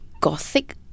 gothic